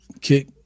kick